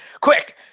quick